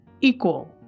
equal